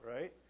right